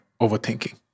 overthinking